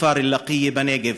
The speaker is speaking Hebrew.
מכפר לקיה בנגב,